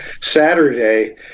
Saturday